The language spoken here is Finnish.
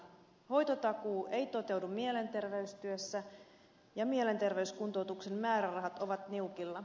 hoitotakuu ei toteudu mielenterveystyössä ja mielenterveyskuntoutuksen määrärahat ovat niukilla